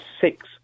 six